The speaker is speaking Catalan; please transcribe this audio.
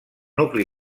nucli